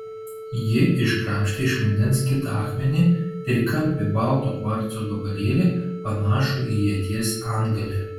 ji iškrapštė iš vandens kitą akmenį trikampį balto kvarco gabalėlį panašų į ieties antgalį